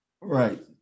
Right